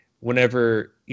whenever